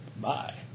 Bye